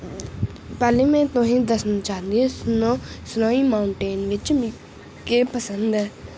पैह्लें में तुसें दस्सना चाह्न्नी ऐ स्नो स्नो माउंटेन बिच मी केह् पसंद ऐ